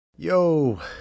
yo